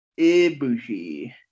Ibushi